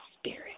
spirit